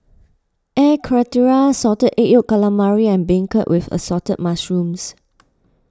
Air Karthira Salted Egg Yolk Calamari and Beancurd with Assorted Mushrooms